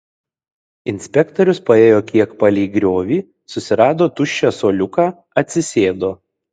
inspektorius paėjo kiek palei griovį susirado tuščią suoliuką atsisėdo